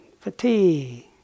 fatigue